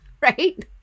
right